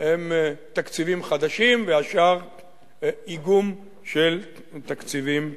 הם תקציבים חדשים והשאר איגום של תקציבים